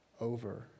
over